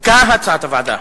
כהצעת הוועדה.